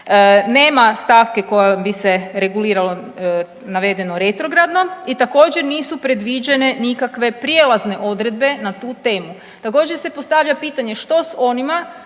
Nema stavke koja bi se regulirala navedeno retrogradno i također nisu predviđene nikakve prijelazne odredbe na tu temu. Također se postavlja pitanje što s onima